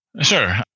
Sure